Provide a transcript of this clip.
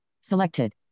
Selected